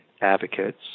advocates